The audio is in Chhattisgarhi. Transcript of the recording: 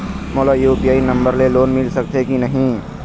मोला यू.पी.आई नंबर ले लोन मिल सकथे कि नहीं?